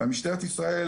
ומשטרת ישראל